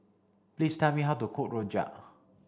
please tell me how to cook Rojak